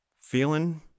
feeling